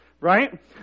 right